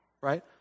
right